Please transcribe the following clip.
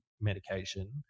medication